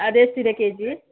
ಅದು ಎಷ್ಟಿದೆ ಕೆಜಿ